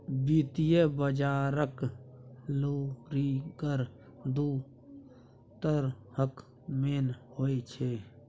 वित्तीय बजारक लुरिगर दु तरहक मेन होइ छै